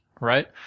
right